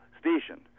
station